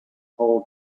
hall